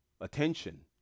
attention